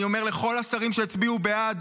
אני אומר לכל השרים שהצביעו בעד